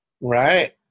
Right